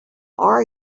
are